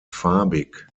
farbig